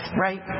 right